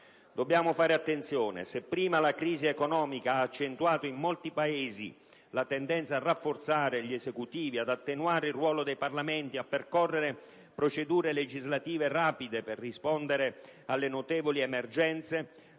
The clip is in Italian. Dobbiamo fare attenzione! Se prima la crisi economica ha accentuato in molti Paesi la tendenza a rafforzare gli Esecutivi, ad attenuare il ruolo dei Parlamenti e a percorrere procedure legislative rapide per rispondere alle notevoli emergenze,